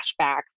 flashbacks